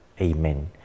Amen